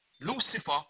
Lucifer